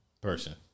Person